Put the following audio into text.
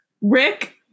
Rick